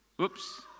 oops